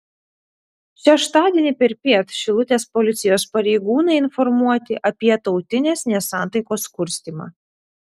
šeštadienį perpiet šilutės policijos pareigūnai informuoti apie tautinės nesantaikos kurstymą